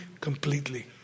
completely